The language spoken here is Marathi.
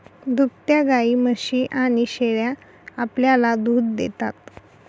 दुभत्या गायी, म्हशी आणि शेळ्या आपल्याला दूध देतात